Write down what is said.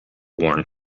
worn